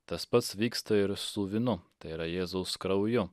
tas pats vyksta ir su vynu tai yra jėzaus krauju